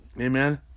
Amen